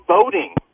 voting